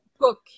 book